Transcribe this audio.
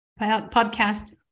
podcast